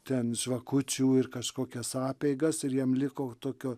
ten žvakučių ir kažkokias apeigas ir jiem liko tokio